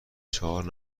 چهار